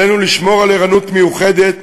עלינו לשמור על ערנות מיוחדת